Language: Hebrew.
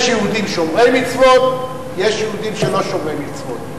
יש יהודים שומרי מצוות ויש יהודים לא שומרי מצוות,